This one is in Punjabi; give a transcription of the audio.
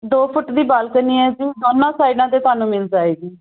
ਦੋ ਫੁੱਟ ਦੀ ਬਾਲਕਨੀ ਹੈ ਜੀ ਦੋਨੋਂ ਸਾਈਡਾਂ 'ਤੇ ਤੁਹਾਨੂੰ ਮਿਲ ਜਾਏਗੀ